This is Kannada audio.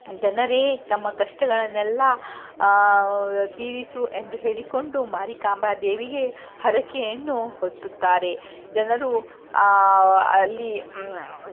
ಜನರೇ ತಮ್ಮ ಕಷ್ಟಗಳನ್ನೆಲ್ಲ ತೀರಿಸು ಎಂದು ಹೇಳಿಕೊಂಡು ಮಾರಿಕಾಂಬಾ ದೇವಿಗೆ ಹರಕೆಯನ್ನು ಹೊತ್ತುತ್ತಾರೆ ಜನರು ಅಲ್ಲಿ